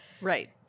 Right